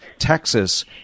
texas